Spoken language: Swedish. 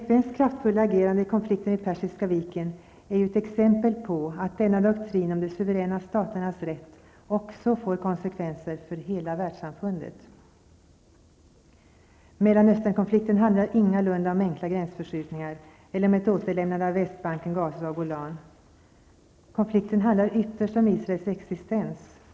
FNs kraftfulla agerande i konflikten vid Persiska viken är ju ett exempel på att denna doktrin om de suveräna staternas rätt också får konsekvenser för hela världssamfundet. Mellanösternkonflikten handlar ingalunda om enkla gränsförskjutningar eller om ett återlämnande av Västbanken, Gaza och Golan. Konflikten handlar ytterst om Israels existens.